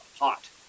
hot